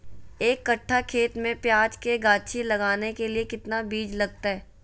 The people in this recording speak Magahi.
एक कट्ठा खेत में प्याज के गाछी लगाना के लिए कितना बिज लगतय?